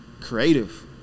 creative